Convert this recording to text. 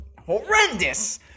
horrendous